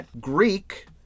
Greek